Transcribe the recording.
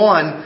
One